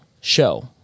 show